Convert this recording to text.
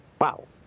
Wow